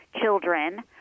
children